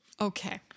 Okay